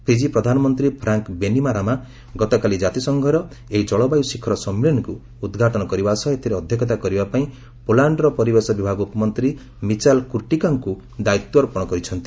ଫିକି ପ୍ରଧାନମନ୍ତ୍ରୀ Frank Bainimarama ଗତକାଲି ଜାତିସଂଘର ଏହି ଜଳବାୟୁ ଶିଖର ସମ୍ମିଳନୀକୁ ଉଦ୍ଘାଟନ କରିବା ସହ ଏଥିରେ ଅଧ୍ୟକ୍ଷତା କରିବାପାଇଁ ପୋଲାଣ୍ଡର ପରିବେଶ ବିଭାଗ ଉପମନ୍ତ୍ରୀ ମିଚାଲ୍ କୁର୍ଟିକାଙ୍କୁ ଦାୟିତ୍ୱ ଅର୍ପଣ କରିଛନ୍ତି